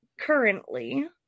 currently